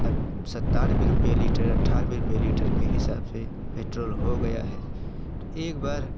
नब सत्तानवे रुपया लीटर अठानवे रुपया लीटर के हिसाब से पेट्रोल हो गया है तो एक बार